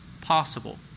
possible